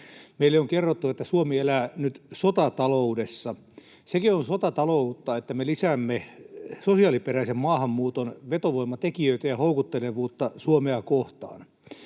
Meille on kerrottu, että Suomi elää nyt sotataloudessa. Sekin on sotataloutta, että me lisäämme sosiaaliperäisen maahanmuuton vetovoimatekijöitä ja houkuttelevuutta Suomea kohtaan.